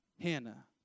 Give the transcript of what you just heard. Hannah